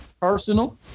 personal